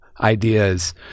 ideas